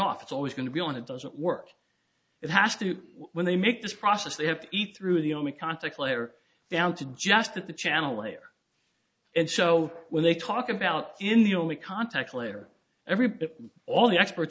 off it's always going to be on it doesn't work it has to when they make this process they have to eat through the only contact layer down to just at the channel layer and so when they talk about in the only context later everybody all the expert